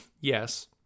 yes